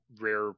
rare